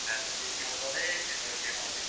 ରାତି ଯଦି ହବନେଇ ସେଇଠି ରହିଯିବା ନହେଲେ